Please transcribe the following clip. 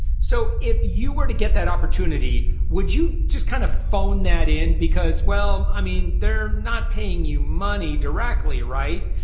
so if you were to get that opportunity would you just kind of phone that in because well, i mean, they're not paying you money directly, right?